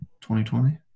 2020